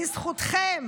בזכותכם